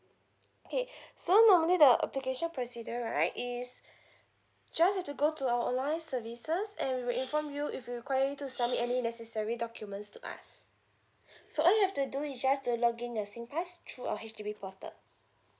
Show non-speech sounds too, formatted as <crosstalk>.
okay <breath> so normally the application procedure right is <breath> just has to go to our online services and we will inform you if we require you to submit any necessary documents to us <breath> so all you have to do is just to login you singpass through a H_D_B portal